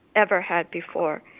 ever had before.